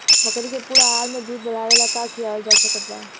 बकरी के पूर्ण आहार में दूध बढ़ावेला का खिआवल जा सकत बा?